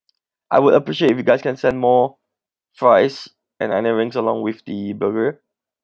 I would appreciate if you guys can send more fries and onion rings along with the burger